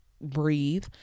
breathe